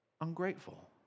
ungrateful